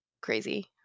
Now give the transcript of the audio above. crazy